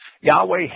Yahweh